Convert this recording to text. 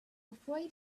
afraid